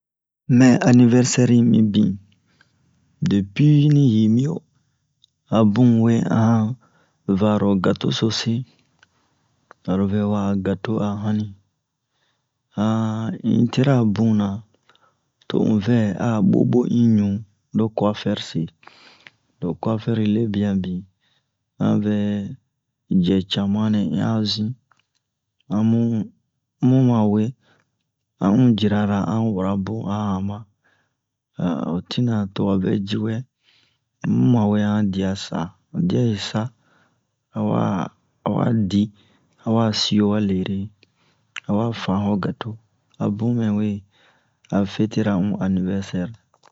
mɛ anivɛrsɛri yi mibin depi ni hinbiyo a bun we an va-ro gato so se aro vɛ ha'a gato a hanni an in tira bunna to un vɛ a ɓoɓo in ɲu lo kuwafɛri se lo kuwafɛri yi lebiyan bin an vɛ an vɛ cɛ cama nɛ un a zin a mu mu ma we a un jirara an wara bun a han ba a ho tinna to wa vɛ ji wɛ mu man we a han diya sa han diya sa awa awa di awa siyo wa lere a wa fan ho gato a bun mɛ we a fɛtera un anivɛrsɛr